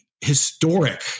historic